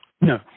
No